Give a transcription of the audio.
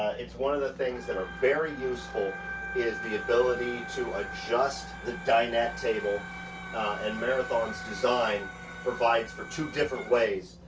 it's one of the things that are very useful is the ability to adjust the dinette table and marathon's design provides for two different ways.